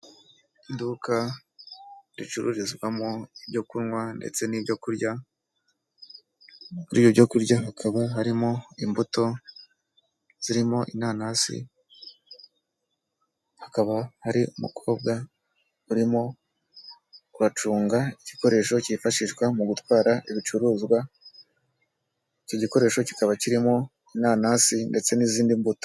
Iduka ricururizwamo ibyo kunywa ndetse n'ibyo kurya, muri ibyo byo kurya hakaba harimo imbuto zirimo inanasi, hakaba hari umukobwa urimo gucunga igikoresho cyifashishwa mu gutwara ibicuruzwa, icyo gikoresho kikaba kirimo inanasi ndetse n'izindi mbuto.